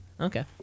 Okay